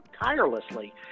tirelessly